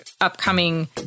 upcoming